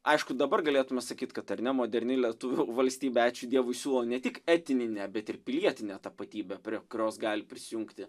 aišku dabar galėtume sakyt kad ar ne moderni lietuvių valstybė ačiū dievui siūlo ne tik etninę bet ir pilietinę tapatybę prie kurios gali prisijungti